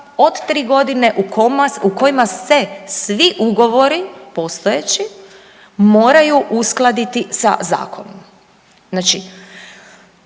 od 3 godine u kojima se svi ugovori postojeći moraju uskladiti sa zakonom. Znači